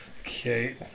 Okay